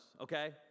okay